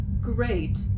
great